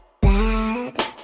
bad